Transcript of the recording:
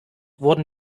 wurden